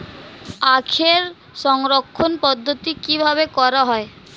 আখের সংরক্ষণ পদ্ধতি কিভাবে করা হয়?